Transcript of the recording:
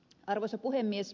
arvoisa puhemies